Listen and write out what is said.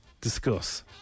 discuss